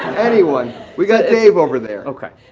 anyone? we got dave over there. okay,